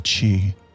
chi